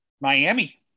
Miami